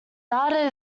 data